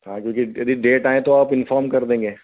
हाँ जदि यदि डेट आएँ तो आप इन्फॉर्म कर देंगे